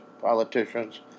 politicians